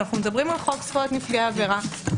אנו מדברים על חוק זכויות נפגעי עבירה.